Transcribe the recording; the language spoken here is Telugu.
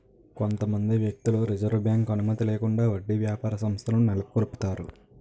కొంతమంది వ్యక్తులు రిజర్వ్ బ్యాంక్ అనుమతి లేకుండా వడ్డీ వ్యాపార సంస్థలను నెలకొల్పుతారు